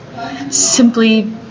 simply